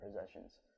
possessions